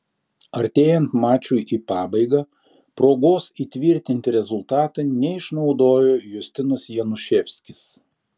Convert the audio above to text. artėjant mačui į pabaigą progos įtvirtinti rezultatą neišnaudojo justinas januševskis